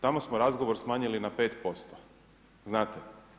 Tamo smo razgovor smanjili na 5%, znate.